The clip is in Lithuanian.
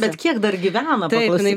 bet kiek dar gyvena paklausyk